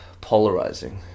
polarizing